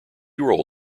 roll